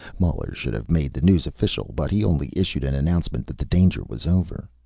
muller should have made the news official, but he only issued an announcement that the danger was over.